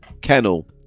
Kennel